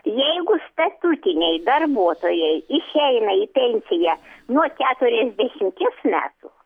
jeigu statutiniai darbuotojai išeina į pensiją nuo keturiasdešimties metų